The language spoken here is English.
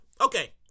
Okay